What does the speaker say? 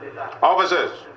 Officers